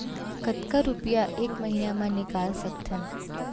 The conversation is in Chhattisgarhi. कतका रुपिया एक महीना म निकाल सकथन?